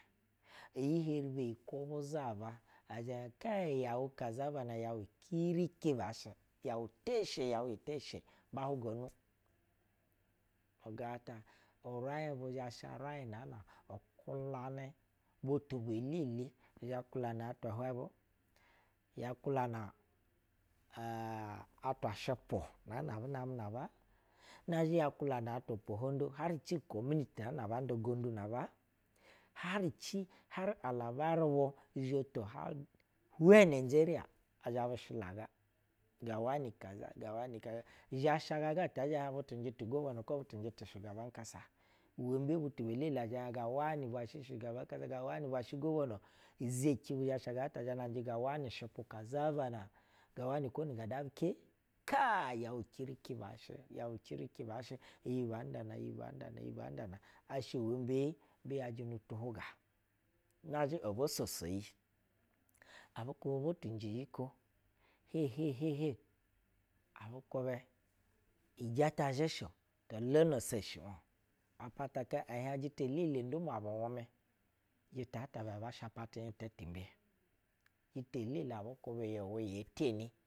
Iyi heri beyi kwo bu zaba ɛzhɛ hiɛŋ kai yɛy kazabana yɛu kiriki baa shɛ yɛu to she, yɛu to she, ba huga nu nu gata uraiŋ bu zha raiŋna kwulanɛ butu elele, ya kwana atwa hwɛ bu, ya kulana aa atwa shɛpu naa na abu namɛ na aba. izhɛ du ya kulana twa puhonda har ci community na aba nda gondu na ba har ci har alabarɛ bu izhɛ to har hwɛ nijeria ɛ zhɛ bu shilaga ga wanɛ kaza ga wanɛ kaza izhɛ sha gaga ti zhɛ hiɛŋ butu njɛ to governor kwo butu njɛ shugaban kasa. Uwɛnbe? Butu be lele zhɛ hiɛŋ ga wani ubwa shɛ shugaban kasa, ga wani ubwa shɛ governo. Izeci zhɛsha ganɛta ɛ zhɛ na njɛ ga wani ishɛ kazaba nag a wani gondu na ba njɛ pe kaai! Yɛu cirici baa shɛ yɛu cirici baa shɛ iyi banda na iyi ban da na iyi ban da na. Asha wɛmbe? Nu shɛ bo soso iyi abu kwubɛ butu njɛ iyi ko sei de de de abu kwubɛ ijɛtɛ zhɛ shɛ-o to lono geshi-o abassa hiɛŋ jita hele ndumwa bu wumɛ jita ibɛ shapa ti inta ti hinhiu bu. Jita ide abu kujɛ yi wɛ ye teni.